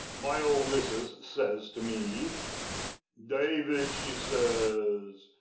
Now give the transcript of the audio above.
my old missus, says to me david, she says,